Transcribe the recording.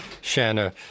Shanna